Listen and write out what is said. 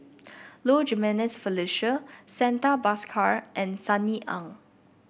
Low Jimenez Felicia Santha Bhaskar and Sunny Ang